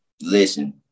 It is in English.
listen